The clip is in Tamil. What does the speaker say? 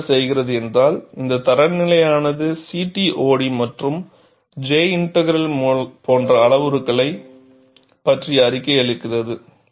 அது என்ன செய்கிறது என்றால் இந்த தரநிலையானது CTOD மற்றும் J இன்ட்க்ரல் போன்ற அளவுருக்களை பற்றி அறிக்கை அளிக்கிறது